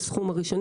המקורי,